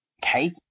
Cake